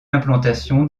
l’implantation